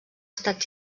estat